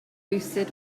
lucid